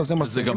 תעשה מה שצריך.